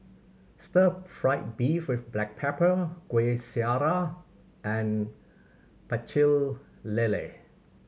stir fried beef with black pepper Kueh Syara and Pecel Lele